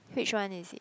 which one is it